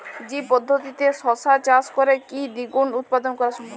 জৈব পদ্ধতিতে শশা চাষ করে কি দ্বিগুণ উৎপাদন করা সম্ভব?